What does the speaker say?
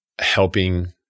helping